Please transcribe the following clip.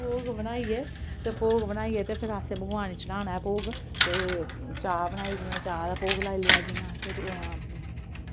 भोग बनाइयै ते भोग बनाइयै ते फिर असैं भगवान गी चढ़ाना ऐ भोग ते चाह् बनाई जियां चाह् दा भोग लाई लेआ जियां अस